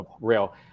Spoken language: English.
rail